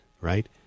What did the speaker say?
right